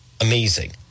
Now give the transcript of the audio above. amazing